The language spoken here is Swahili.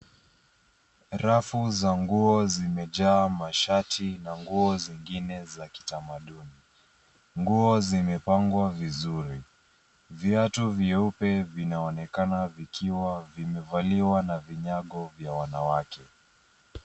Rafu za nguo zimejaa mashati na nguo zingine za kitamaduni. Nguo zimepangwa vizuri. Viatu vyeupe vinaonekana vikiwa vimevaliwa na vinyago vya wanawake.